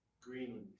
Green